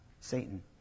Satan